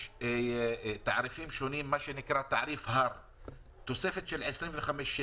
יש תעריפים שונים, תוספת של 25 שקלים.